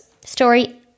Story